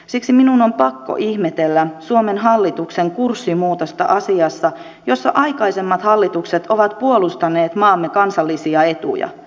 siksi minun on pakko ihmetellä suomen hallituksen kurssimuutosta asiassa jossa aikaisemmat hallitukset ovat puolustaneet maamme kansallisia etuja